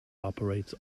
operates